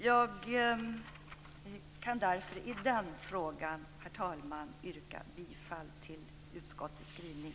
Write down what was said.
I den frågan kan jag, herr talman, yrka bifall till utskottets skrivning.